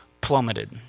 plummeted